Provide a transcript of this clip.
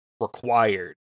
required